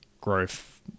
Growth